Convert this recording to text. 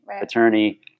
attorney